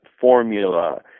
formula